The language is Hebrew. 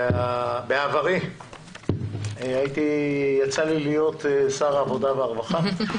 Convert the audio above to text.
בעברי יצא לי להיות שר העבודה והרווחה.